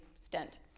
stent